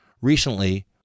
Recently